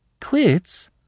Quits